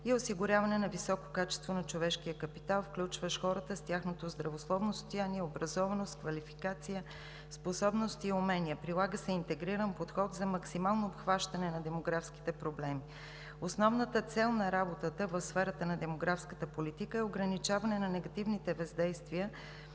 и осигуряване на високо качество на човешкия капитал, включващ хората с тяхното здравословно състояние, образованост, квалификация, способности и умения. Прилага се интегриран подход за максимално обхващане на демографските проблеми. Основната цел на работата в сферата на демографската политика е ограничаване на негативните въздействия